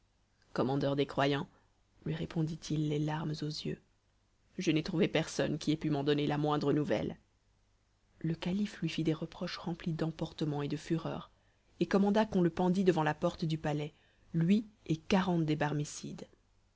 commandeur des croyants lui répondit-il les larmes aux yeux je n'ai trouvé personne qui ait pu m'en donner la moindre nouvelle le calife lui fit des reproches remplis d'emportement et de fureur et commanda qu'on le pendît devant la porte du palais lui et quarante des